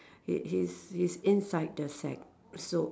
he he's he's inside the sack so